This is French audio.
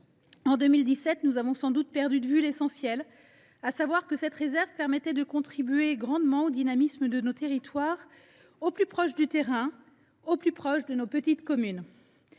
En 2017, nous avons sans doute perdu de vue l’essentiel, à savoir que cette réserve permettait de contribuer grandement au dynamisme de nos territoires, en étant au plus proche du terrain, au plus proche de nos petites communes.